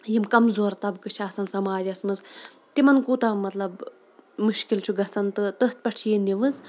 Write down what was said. یِم کمزور طبقہٕ چھِ آسان سماجَس منٛز تِمَن کوٗتاہ مطلب مُشکل چھُ گژھان تہٕ تٔتھۍ پٮ۪ٹھ چھِ یہِ نِوٕز